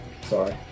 Sorry